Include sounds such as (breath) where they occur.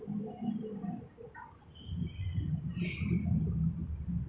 (breath) 那个那个 if you drop everything (breath) what will you risk for